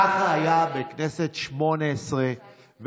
ככה היה בכנסת השמונה-עשרה,